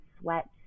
sweat